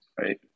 right